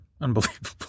Unbelievable